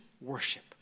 worship